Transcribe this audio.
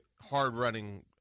hard-running